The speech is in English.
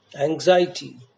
anxiety